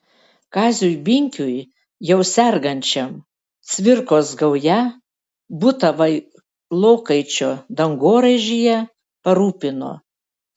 kaziui binkiui jau sergančiam cvirkos gauja butą vailokaičio dangoraižyje parūpino